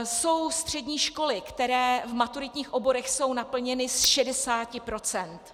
Jsou střední školy, které v maturitních oborech jsou naplněny ze 60 %.